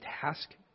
task